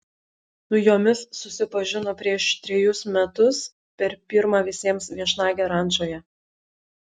su jomis susipažino prieš trejus metus per pirmą visiems viešnagę rančoje